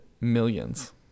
millions